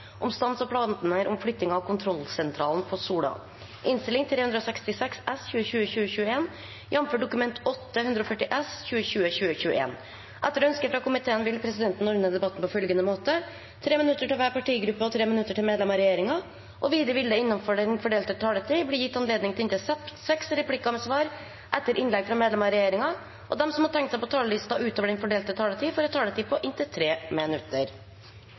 om ordet til sak nr. 5. Etter ønske fra transport- og kommunikasjonskomiteen vil presidenten ordne debatten på følgende måte: 3 minutter til hver partigruppe og 3 minutter til medlemmer av regjeringen. Videre vil det – innenfor den fordelte taletid – bli gitt anledning til inntil seks replikker med svar etter innlegg fra medlemmer av regjeringen, og de som måtte tegne seg på talerlisten utover den fordelte taletid, får også en taletid på inntil 3 minutter.